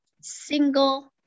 single